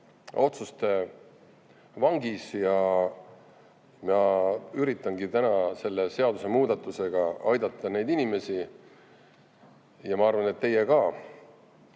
otsuste vangis. Ma üritangi täna selle seadusemuudatusega aidata neid inimesi. Ja ma arvan, et teie